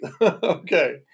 Okay